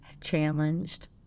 challenged